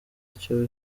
icyo